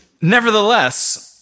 nevertheless